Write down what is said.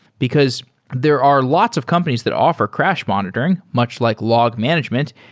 because there are lots of companies that offer crash monitoring, much like log management,